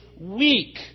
weak